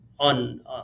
on